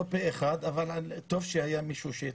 לא פה אחד, אבל טוב שהיה מישהו שהתנגד.